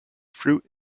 fruit